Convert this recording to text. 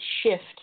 shift